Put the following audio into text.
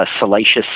Salacious